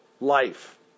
life